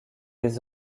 les